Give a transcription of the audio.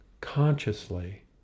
consciously